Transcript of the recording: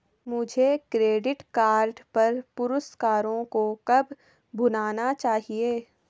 मुझे credit card पर पुरस्कारों को कब भुनाना चाहिए?